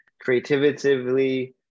creatively